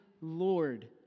Lord